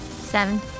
Seven